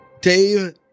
Dave